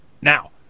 now